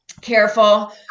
careful